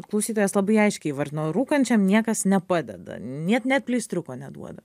klausytojas labai aiškiai įvardino rūkančiam niekas nepadeda net net pleistriuko neduoda